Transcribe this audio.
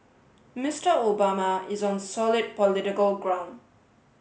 Mister Obama is on solid political ground